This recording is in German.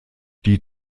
die